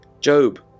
Job